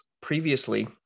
previously